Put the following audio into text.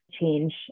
change